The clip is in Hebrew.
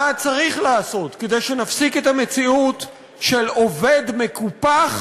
מה צריך לעשות כדי שנפסיק את המציאות של עובד מקופח